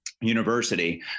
university